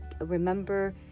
remember